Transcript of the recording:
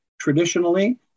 Traditionally